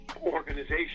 organization